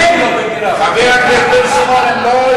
בך כבוד,